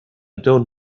don’t